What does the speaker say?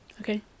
Okay